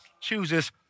chooses